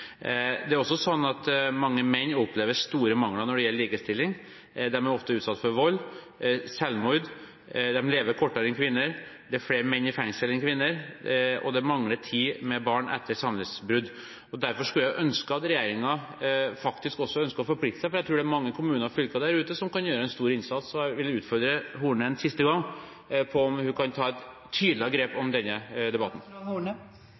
Det er også sånn at mange menn opplever store mangler når det gjelder likestilling. De er ofte utsatt for vold, for selvmord, de lever kortere enn kvinner, det er flere menn i fengsel enn kvinner, og de mangler tid med barn etter samlivsbrudd. Derfor skulle jeg ønske at regjeringen også ønsket å forplikte seg, for jeg tror det er mange kommuner og fylker der ute som kan gjøre en stor innsats. Jeg vil utfordre Horne en siste gang på om hun kan ta et tydeligere grep om denne debatten.